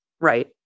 Right